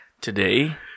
Today